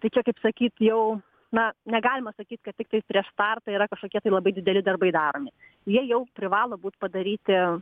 tai čia kaip sakyt jau na negalima sakyt kad tiktais prieš startą yra kažkokie tai labai dideli darbai daromi jie jau privalo būt padaryti